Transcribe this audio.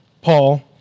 Paul